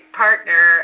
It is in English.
partner